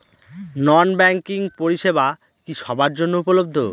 নন banking পরিষেবা কি সবার জন্য উপলব্ধ?